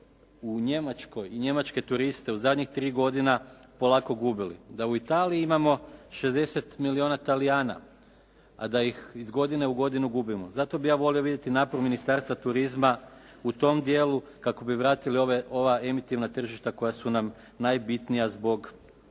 u Njemačkoj i njemačke turiste u zadnjih 3 godina polako gubili. Da u Italiji imamo 60 milijuna Talijana, a da ih iz godine u godinu gubimo. Zato bih ja volio vidjeti …/Govornik se ne razumije./… Ministarstva turizma u tom dijelu kako bi vratili ova emitivna tržišta koja su nam najbitnija zbog